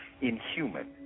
inhuman